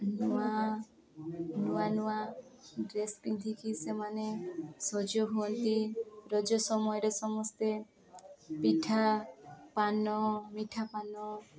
ନୂଆ ନୂଆ ନୂଆ ଡ୍ରେସ୍ ପିନ୍ଧିକି ସେମାନେ ସଜ ହୁଅନ୍ତି ରଜ ସମୟରେ ସମସ୍ତେ ପିଠା ପାନ ମିଠା ପାନ